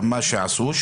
מה שעשו עכשיו,